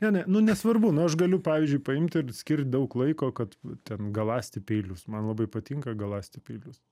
ne ne nu nesvarbu nu aš galiu pavyzdžiui paimti ir skirt daug laiko kad ten galąsti peilius man labai patinka galąsti peilius